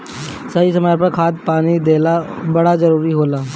सही समय पर खाद पानी देहल बड़ा जरूरी होला